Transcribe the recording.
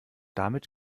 damit